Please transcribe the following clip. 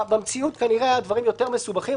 במציאות כנראה הדברים יותר מסובכים,